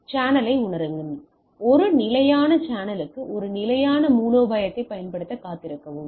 சேனலை உணருங்கள் ஒரு நிலையான சேனலுக்கு ஒரு நிலையான மூலோபாயத்தை பயன்படுத்த காத்திருக்கவும்